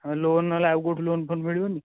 ହଁ ଲୋନ୍ ହେଲା ଆଉ କେଉଁଠୁ ଲୋନ୍ ଫୋନ୍ ମିଳିବନି